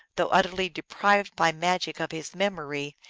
though utterly deprived by magic of his memory,